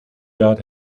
yard